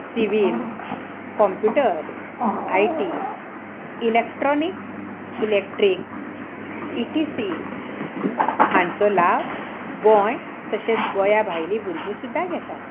civil computer I T electronic electric E T C हांचो लाब गोंय तशेंच गोंया भायलीं भुरगीं सुद्दां घेतात